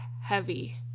heavy